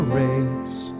race